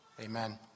Amen